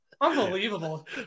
Unbelievable